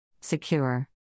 Secure